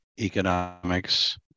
economics